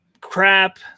crap